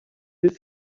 his